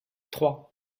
trois